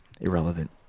irrelevant